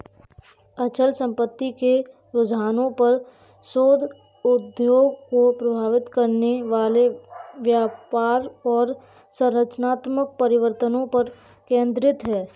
अचल संपत्ति के रुझानों पर शोध उद्योग को प्रभावित करने वाले व्यापार और संरचनात्मक परिवर्तनों पर केंद्रित है